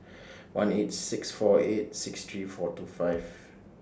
one eight six four eight six three four two five